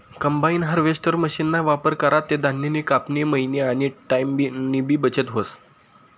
combine harvester मशीनना वापर करा ते धान्यनी कापनी, मयनी आनी टाईमनीबी बचत व्हस